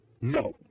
no